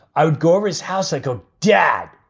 i would go over his house. i go, dad.